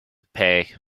pay